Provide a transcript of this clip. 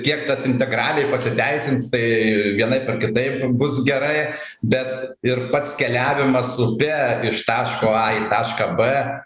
kiek tas integraliai pasiteisins tai vienaip ar kitaip bus gerai bet ir pats keliavimas upe iš taško a į tašką b